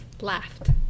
laughed